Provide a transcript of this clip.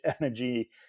energy